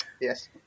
Yes